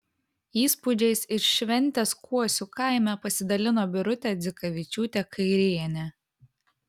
įspūdžiais iš šventės kuosių kaime pasidalino birutė dzikavičiūtė kairienė